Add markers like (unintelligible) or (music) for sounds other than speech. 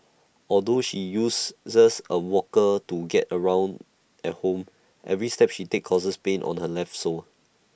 although she uses (unintelligible) A walker to get around at home every step she takes causes pain on her left sole